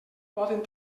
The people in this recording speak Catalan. poden